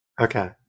Okay